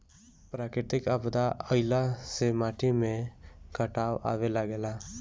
प्राकृतिक आपदा आइला से माटी में कटाव आवे लागेला